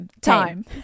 Time